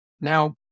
Now